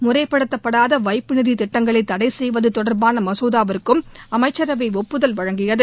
முறைப்படுத்தப்படாத வைப்புநிதி திட்டங்களை தடைசெய்வது தொடர்பான மசோதாவுக்கும் அமைச்சரவை ஒப்புதல் வழங்கியது